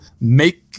make